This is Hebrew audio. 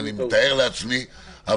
ואני מתאר לעצמי,